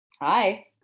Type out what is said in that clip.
Hi